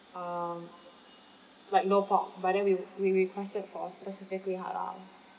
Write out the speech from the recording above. (um)like no pork but then we we requested for specifically halal